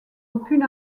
aucune